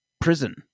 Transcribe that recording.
prison